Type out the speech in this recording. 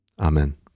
Amen